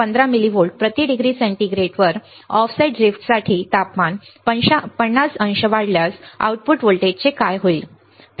15 millivolt प्रति degree सेंटीग्रेडवर offset drift साठी तापमान 50 अंश वाढल्यास आउटपुट व्होल्टेजचे काय होईल